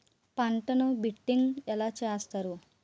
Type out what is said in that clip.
పంటను బిడ్డింగ్ ఎలా చేస్తారు?